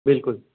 बिल्कुल